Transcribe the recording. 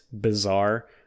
bizarre